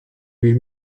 wiem